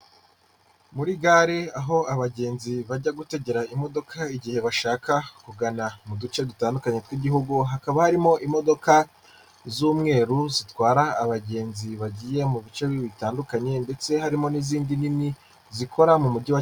Muri gare aho abagenzi bajya gutegera imodoka igihe bashaka kugana mu duce dutandukanye tw'igihugu, hakaba harimo imodoka z'umweru zitwara abagenzi bagiye mu bice bitandukanye, ndetse harimo n'izindi ndimi zikora mu mujyi.